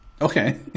Okay